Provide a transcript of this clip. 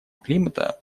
климата